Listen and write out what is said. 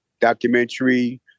documentary